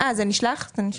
זה נשלח.